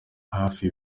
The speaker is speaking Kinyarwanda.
hafi